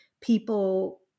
people